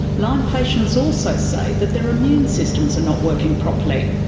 lyme patients also say that their immune systems are not working properly.